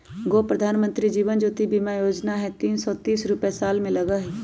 गो प्रधानमंत्री जीवन ज्योति बीमा योजना है तीन सौ तीस रुपए साल में लगहई?